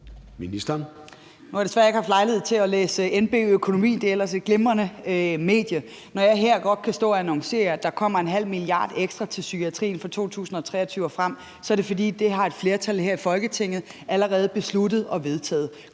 Løhde): Nu har jeg desværre ikke haft lejlighed til at læse NB-Økonomi. Det er ellers et glimrende medie. Når jeg her godt kan stå og annoncere, at der kommer en halv milliard kroner ekstra til psykiatrien fra 2023 og frem, er det, fordi et flertal her i Folketinget allerede har besluttet og vedtaget